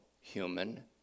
human